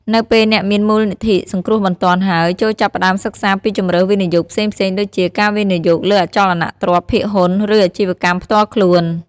នៅពេលអ្នកមានមូលនិធិសង្គ្រោះបន្ទាន់ហើយ ចូរចាប់ផ្ដើមសិក្សាពីជម្រើសវិនិយោគផ្សេងៗដូចជា ការវិនិយោគលើអចលនទ្រព្យ ភាគហ៊ុន ឬអាជីវកម្មផ្ទាល់ខ្លួន។